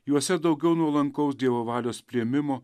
juose daugiau nuolankaus dievo valios priėmimo